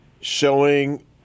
showing